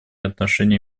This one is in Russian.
отношений